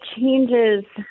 changes